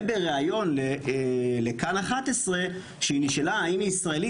ובראיון לכאן 11, כאשר היא נשאלה האם היא ישראלית?